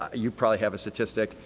you probably have a statistic,